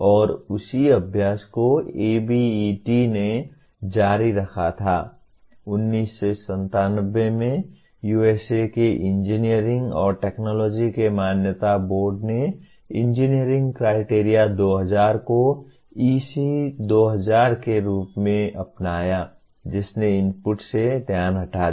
और उसी अभ्यास को ABET ने जारी रखा था 1997 में USA के इंजीनियरिंग और टेक्नोलॉजी के मान्यता बोर्ड ने इंजीनियरिंग क्राइटेरिया 2000 को EC2000 के रूप में अपनाया जिसने इनपुट से ध्यान हटा दिया